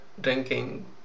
drinking